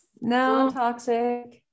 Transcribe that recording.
Non-toxic